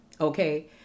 Okay